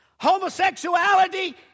homosexuality